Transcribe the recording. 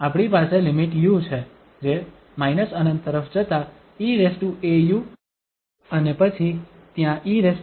આપણી પાસે limit u છે જે −∞ તરફ જતા eau અને પછી ત્યાં eiαu દ્વારા ગુણાકાર